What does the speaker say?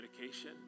medication